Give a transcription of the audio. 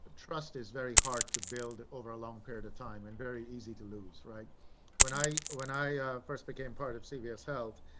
trust is very hard to build over a long period of time and very easy to lose, right when i, when i first became part of cvs health